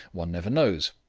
one never knows.